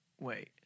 wait